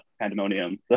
pandemonium